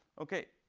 ok,